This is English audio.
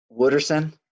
Wooderson